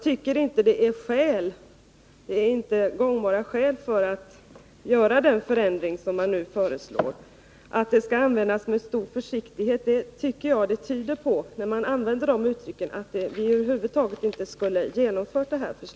Det finns alltså inte acceptabla skäl att göra den förändring som nu föreslås. Att säga att man skall gå fram med stor försiktighet tyder enligt min mening på att ett sådant här förslag över huvud taget inte borde genomföras.